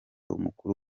umukuru